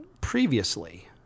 previously